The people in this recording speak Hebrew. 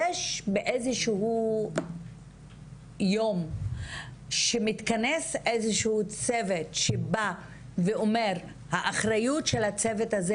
יש באיזשהו יום שמתכנס איזשהו צוות שבא ואומר האחריות של הצוות הזה